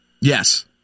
Yes